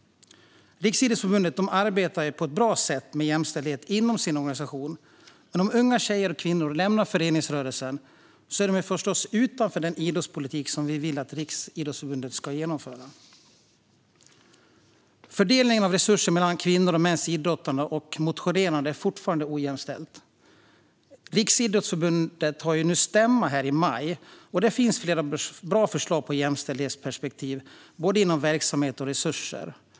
Riksidrottsförbundet arbetar på ett bra sätt med jämställdhet inom sin organisation, men om unga tjejer och kvinnor lämnar föreningsrörelsen hamnar de utanför den idrottspolitik som vi vill att Riksidrottsförbundet ska genomföra. Fördelningen av resurser till kvinnors och mäns idrottande och motionerande är fortfarande ojämställd. Riksidrottsförbundet har sin stämma nu i maj, och det finns flera bra förslag med jämställdhetsperspektiv inom både verksamhet och resurser.